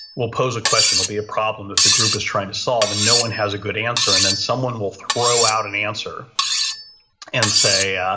will pose a question, there'll be a problem that the group is trying to solve and no one has a good answer and then someone will throw out an answer and say, yeah